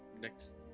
next